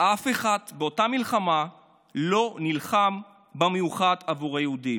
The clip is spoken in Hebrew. אף אחד באותה מלחמה לא נלחם במיוחד עבור היהודים.